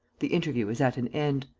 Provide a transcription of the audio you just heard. the interview was at an end.